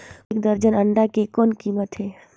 एक दर्जन अंडा के कौन कीमत हे?